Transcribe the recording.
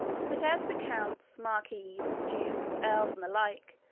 but as to counts, marquises, dukes, earls, and the like,